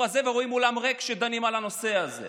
הזה ורואים אולם ריק כשדנים על הנושא הזה.